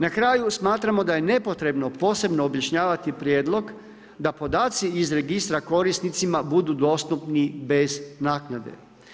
Na kraju smatramo da je nepotrebno posebno objašnjavati prijedlog da podaci iz registra korisnicima budu dostupni bez naknade.